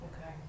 Okay